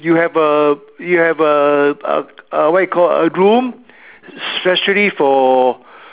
you have a you have a uh what you call a room especially for